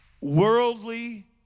Worldly